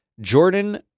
Jordan